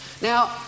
Now